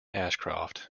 ashcroft